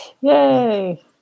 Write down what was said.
Yay